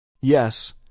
Yes